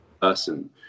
person